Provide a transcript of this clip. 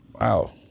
Wow